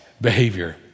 behavior